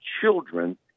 children